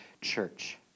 church